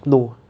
no